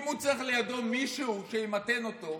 אם הוא צריך לידו מישהו שימתן אותו,